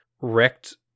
wrecked